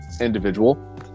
individual